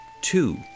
two